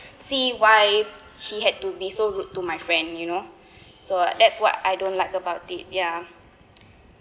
see why he had to be so rude to my friend you know so that's what I don't like about it ya